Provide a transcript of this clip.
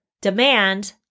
demand